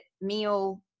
meal